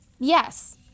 Yes